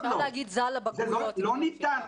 לא ניתן.